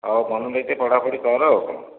ହଉ ମନ ଦେଇକି ଟିକିଏ ପଢାପଢି କର ଆଉ